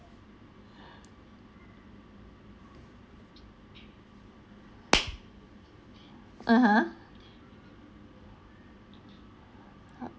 (uh huh)